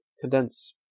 condense